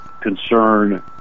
concern